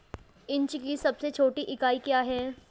Inch की सबसे छोटी इकाई क्या है?